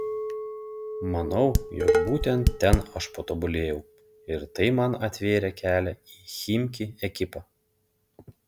manau jog būtent ten aš patobulėjau ir tai man atvėrė kelią į chimki ekipą